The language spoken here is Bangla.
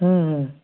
হুঁ হুঁ